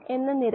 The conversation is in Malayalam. നിങ്ങളുടെ ഫ്ളോനെ കുറിച്ചുള്ള കോഴ്സിൽ കാണാം